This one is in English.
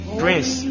prince